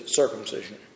circumcision